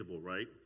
right